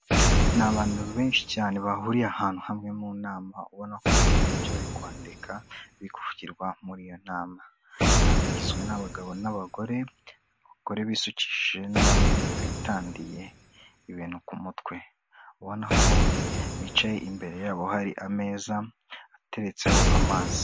Ni abantu benshi cyane bahuriye ahantu hamwe mu nama ubona ko harimo ibyo bari kwandika biri kuvugirwa muri iyo nama, inama igizwe n'abagabo n'abagore, abagore bisukishije n'abandi bitadiye ibintu ku mutwe, ubona ko bicaye imbere yabo hari ameza ateretseho amazi.